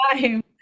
time